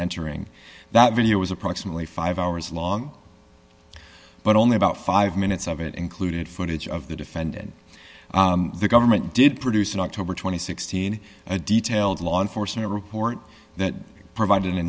entering that video was approximately five hours long but only about five minutes of it included footage of the defendant the government did produce an october th scene a detailed law enforcement report that provid